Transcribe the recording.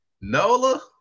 Nola